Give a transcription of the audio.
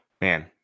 Man